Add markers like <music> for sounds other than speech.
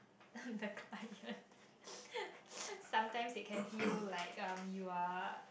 <laughs> the client sometimes it can feel like um you are